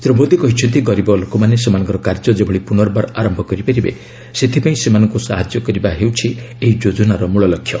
ଶ୍ରୀ ମୋଦୀ କହିଛନ୍ତି ଗରିବ ଲୋକମାନେ ସେମାନଙ୍କର କାର୍ଯ୍ୟ ଯେଭଳି ପୁନର୍ବାର ଆରମ୍ଭ କରିପାରିବେ ସେଥିପାଇଁ ସେମାନଙ୍କୁ ସାହାଯ୍ୟ କରିବା ହେଉଛି ଏହି ଯୋଜନାର ମୂଳ ଲକ୍ଷ୍ୟ